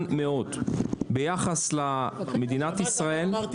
בשביל זה אמרתי